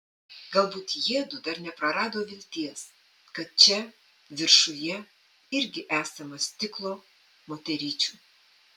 galbūt jiedu dar neprarado vilties kad čia viršuje irgi esama stiklo moteryčių